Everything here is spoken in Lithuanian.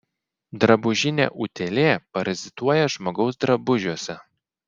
drabužinė utėlė parazituoja žmogaus drabužiuose